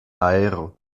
aero